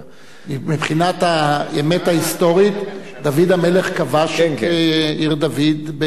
עושה, דוד המלך קרא לזה עיר-דוד.